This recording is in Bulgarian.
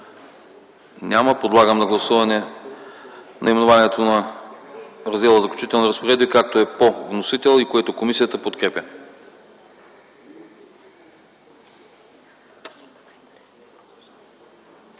няма. Подлагам на гласуване наименованието на раздела „Заключителни разпоредби”, както е по вносител, и което комисията подкрепя.